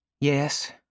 Yes